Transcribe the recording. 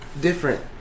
different